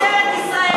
משטרת ישראל ונתונים.